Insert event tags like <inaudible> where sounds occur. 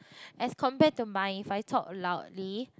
<breath> as compared to mine if I talk loudly